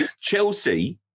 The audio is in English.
Chelsea